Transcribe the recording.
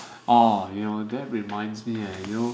orh you know that reminds me eh you know